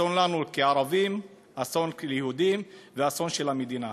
אסון לנו כערבים, אסון ליהודים ואסון של המדינה.